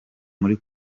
muri